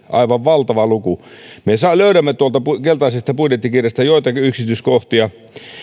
aivan valtava luku me löydämme tuolta keltaisesta budjettikirjasta joitakin yksityiskohtia